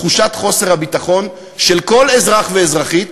תחושת הביטחון של כל אזרח ואזרחית